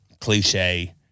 cliche